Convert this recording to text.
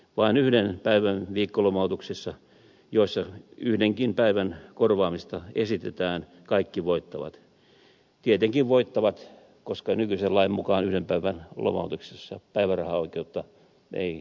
vain yhden päivän viikkolomautuksissa joissa yhdenkin päivän korvaamista esitetään kaikki voittavat tietenkin voittavat koska nykyisen lain mukaan yhden päivän lomautuksissa päivärahaoikeutta ei lainkaan synny